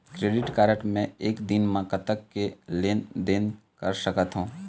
Credit card मे एक दिन म कतक के लेन देन कर सकत हो?